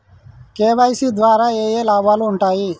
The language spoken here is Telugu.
కే.వై.సీ ద్వారా ఏఏ లాభాలు ఉంటాయి?